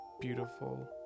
beautiful